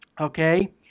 Okay